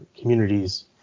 communities